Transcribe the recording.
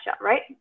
right